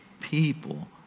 people